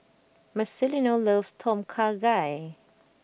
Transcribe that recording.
Marcelino loves Tom Kha Gai